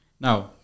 Now